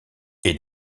est